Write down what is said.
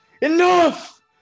Enough